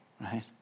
right